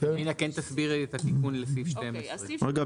יבינה כן תסבירי את התיקון לסעיף 12. אגב